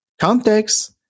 context